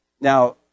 Now